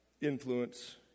influence